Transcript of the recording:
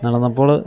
നടന്നപ്പോൾ